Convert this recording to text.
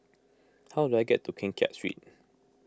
how do I get to Keng Kiat Street